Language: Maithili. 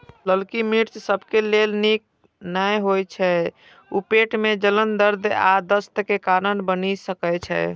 ललकी मिर्च सबके लेल नीक नै होइ छै, ऊ पेट मे जलन, दर्द आ दस्त के कारण बनि सकै छै